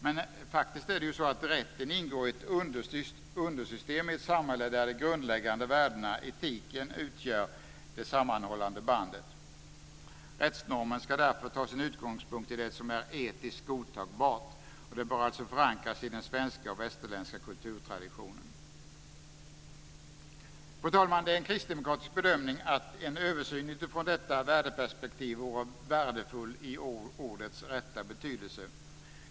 Men rätten ingår faktiskt som ett undersystem i ett samhälle där de grundläggande värdena - etiken - utgör det sammanhållande bandet. Rättsnormen ska därför ta sin utgångspunkt i det som är etiskt godtagbart. Den bör alltså förankras i den svenska och västerländska kulturtraditionen. Fru talman! Det är en kristdemokratisk bedömning att en översyn utifrån detta värdeperspektiv vore värdefull i ordets rätta betydelse.